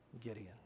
Gideon